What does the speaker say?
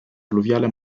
pluviale